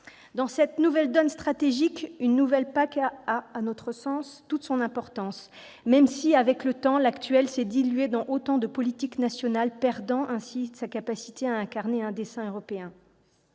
Dans cette nouvelle donne stratégique, une nouvelle politique agricole commune a toute son importance, même si, avec le temps, l'actuelle PAC s'est diluée dans autant de politiques nationales, perdant ainsi sa capacité à incarner un dessein européen.